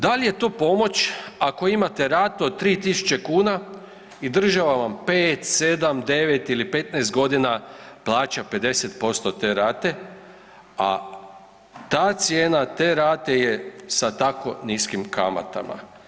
Dal je to pomoć ako imate ratu od 3.000 kuna i država vam 5, 7, 9 ili 15.g. plaća 50% te rate, a ta cijena te rate je sa tako niskim kamatama?